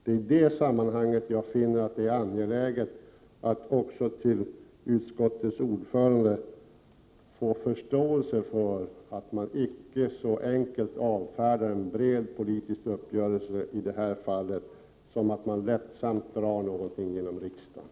I det sammanhanget finner jag det angeläget att också utskottets ordförande förstår att man icke så enkelt avfärdar en bred politisk uppgörelse, som i det här fallet, genom att påstå att man lättsamt drar någonting genom riksdagen.